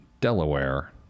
Delaware